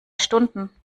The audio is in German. stunden